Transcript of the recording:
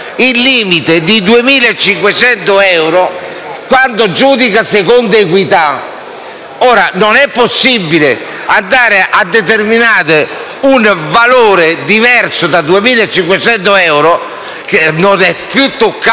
il limite di 2.500 euro quando il magistrato giudica secondo equità. Ora, non è possibile andare a determinare un valore diverso da 2.500 euro, che non è più toccato